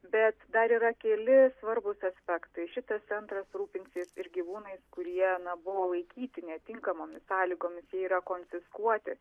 bet dar yra keli svarbūs aspektai šitas centras rūpinsis ir gyvūnais kurie na buvo laikyti netinkamomis sąlygomis jie yra konfiskuoti